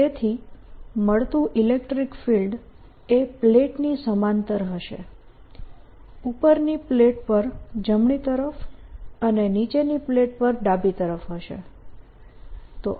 તેથી મળતું electric field એ પ્લેટની સમાંતર હશે ઉપરની પ્લેટ પર જમણી તરફ અને નીચેની પ્લેટ પર ડાબી તરફ હશે